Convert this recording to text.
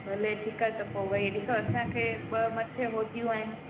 भली ठीकु आहे त पोइ भई ॾिसो असांखे ॿ मथ होदियूं आहिनि